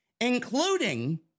including